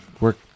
work